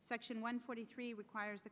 section one forty three requires